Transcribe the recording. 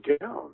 down